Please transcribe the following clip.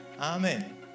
Amen